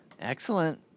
excellent